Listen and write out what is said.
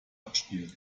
abspielen